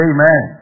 Amen